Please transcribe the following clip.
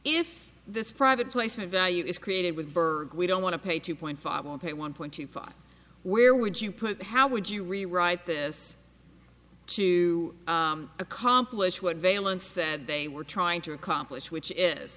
if this private placement value is created with berg we don't want to pay two point five on pay one point two five where would you put how would you rewrite this to accomplish what valence said they were trying to accomplish which is